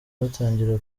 batangira